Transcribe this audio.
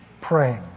praying